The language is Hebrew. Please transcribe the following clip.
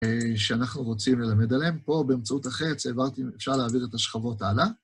שאנחנו רוצים ללמד עליהם, פה באמצעות החץ אפשר להעביר את השכבות הלאה.